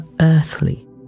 earthly